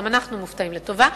גם אנחנו מופתעים לטובה.